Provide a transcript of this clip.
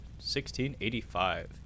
1685